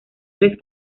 tres